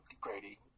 Grady